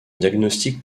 diagnostic